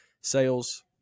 sales